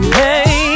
hey